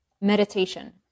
Meditation